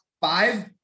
five